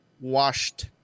washed